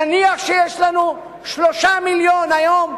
נניח שיש לנו 3 מיליונים היום,